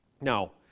Now